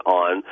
on